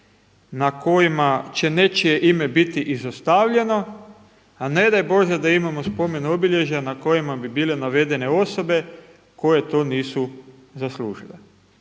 na kojima će nečije ime biti izostavljeno, a ne daj bože da imamo spomen-obilježja na kojima bi bile navedene osobe koje to nisu zaslužile.